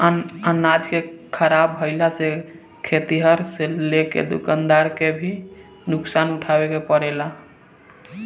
अनाज के ख़राब भईला से खेतिहर से लेके दूकानदार के भी नुकसान उठावे के पड़ेला